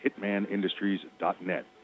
hitmanindustries.net